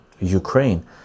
Ukraine